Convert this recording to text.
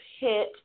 hit